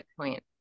point